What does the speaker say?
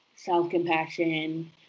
self-compassion